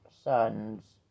sons